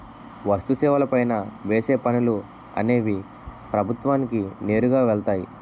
వస్తు సేవల పైన వేసే పనులు అనేవి ప్రభుత్వానికి నేరుగా వెళ్తాయి